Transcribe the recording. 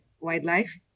wildlife